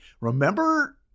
remember